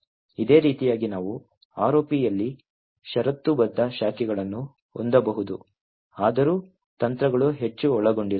ಇದೇ ರೀತಿಯಾಗಿ ನಾವು ROP ಯಲ್ಲಿ ಷರತ್ತುಬದ್ಧ ಶಾಖೆಗಳನ್ನು ಹೊಂದಬಹುದು ಆದರೂ ತಂತ್ರಗಳು ಹೆಚ್ಚು ಒಳಗೊಂಡಿರುತ್ತವೆ